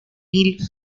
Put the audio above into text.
mil